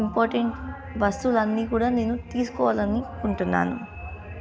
important వస్తువులన్నీ కూడా నేను తీసుకోవాలనుకుంటున్నాను